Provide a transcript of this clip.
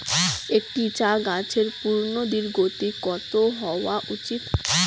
একটি চা গাছের পূর্ণদৈর্ঘ্য কত হওয়া উচিৎ?